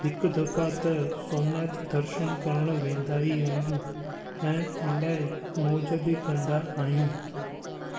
हिकु दफ़ा त सोमनाथ दर्शन करणु वेंदा ई आहियूं ऐं इलाही मौज बि कंदा आहियूं